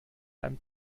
einem